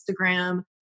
Instagram